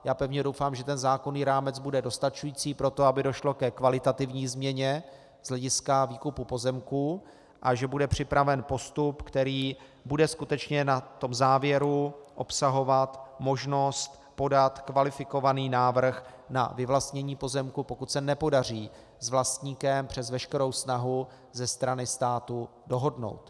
Já pevně doufám, že ten zákonný rámec bude dostačující pro to, aby došlo ke kvalitativní změně z hlediska výkupu pozemků, a že bude připraven postup, který bude skutečně na tom závěru obsahovat možnost podat kvalifikovaný návrh na vyvlastnění pozemku, pokud se nepodaří s vlastníkem přes veškerou snahu ze strany státu dohodnout.